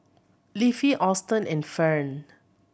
Leafy Auston and Ferne